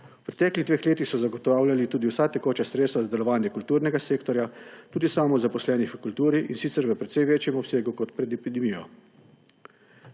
V preteklih dveh letih so zagotavljali tudi vsa tekoča sredstva za delovanje kulturnega sektorja tudi samozaposlenih v kulturi, in sicer v precej večjem obsegu kot pred epidemijo.